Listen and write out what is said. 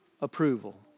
approval